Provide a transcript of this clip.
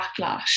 backlash